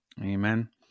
Amen